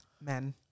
Men